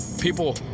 people